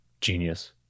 genius